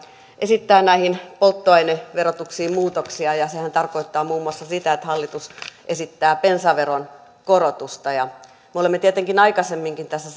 esittää näihin polttoaineverotuksiin muutoksia ja sehän tarkoittaa muun muassa sitä että hallitus esittää bensaveron korotusta me olemme tietenkin aikaisemminkin tässä